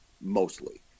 mostly